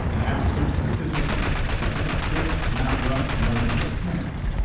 in app script specifically, a specific script cannot run for more than six minutes.